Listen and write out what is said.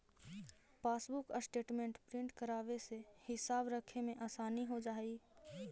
passbook statement print करवावे से हिसाब रखने में आसानी हो जा हई